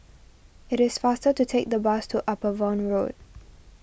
it is faster to take the bus to Upavon Road